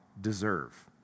deserve